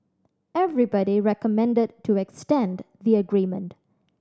everybody recommended to extend the agreement